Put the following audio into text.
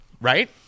Right